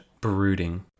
brooding